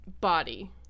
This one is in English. body